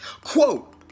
Quote